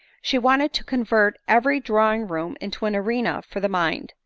she wanted to convert every drawing-room into an arena for the mind,